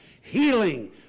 healing